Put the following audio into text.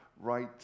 right